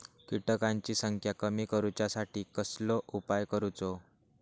किटकांची संख्या कमी करुच्यासाठी कसलो उपाय करूचो?